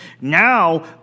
Now